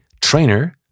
trainer